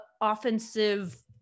offensive